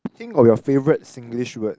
think of your favourite Singlish word